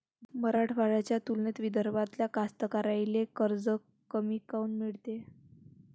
मराठवाड्याच्या तुलनेत विदर्भातल्या कास्तकाराइले कर्ज कमी काऊन मिळते?